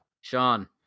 Sean